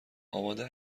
آماده